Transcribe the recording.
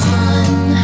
one